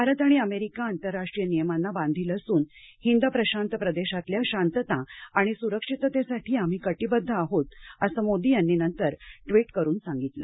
भारत आणि अमेरिका आंतरराष्ट्रीय नियमांना बांधील असून हिंद प्रशांत प्रदेशातल्या शांतता आणि सुरक्षिततेसाठी आम्ही कटीबद्ध आहोत असं मोदी यांनी नंतर ट्वीट करून सांगितलं